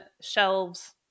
shelves